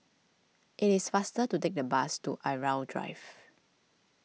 it is faster to take the bus to Irau Drive